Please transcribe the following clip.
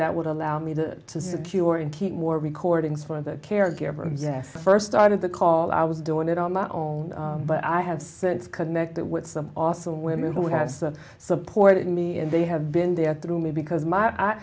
that would allow me to secure and keep more recordings for the caregiver yes first started the call i was doing it on my own but i have since connected with some awesome women who has supported me and they have been there through me because my i